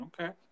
Okay